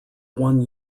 one